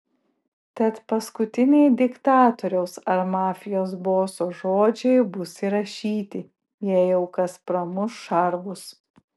tad paskutiniai diktatoriaus ar mafijos boso žodžiai bus įrašyti jei jau kas pramuš šarvus